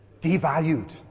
Devalued